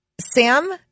Sam